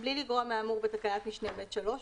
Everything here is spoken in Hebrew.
בלי לגרוע מהאמור בתקנת משנה (ב)(3),